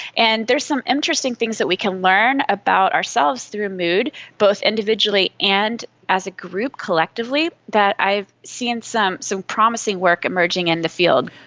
and there's some interesting things that we can learn about ourselves through mood, both individually and as a group collectively, that i have seen some some promising work emerging in the field.